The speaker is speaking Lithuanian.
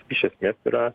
iš esmės yra